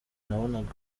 nabonaga